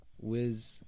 Wiz